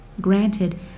Granted